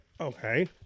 Okay